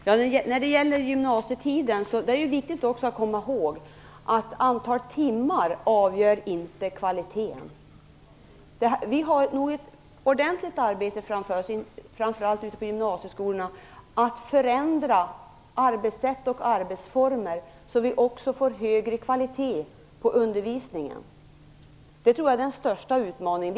Herr talman! När det gäller gymnasietiden är det viktigt att komma ihåg att antal timmar inte avgör kvaliteten. Vi har ett ordentligt arbete framför oss - framför allt ute på gymnasieskolorna - med att förändra arbetssätt och arbetsformer, så att det blir en högre kvalitet på undervisningen. Det tror jag är den största utmaningen.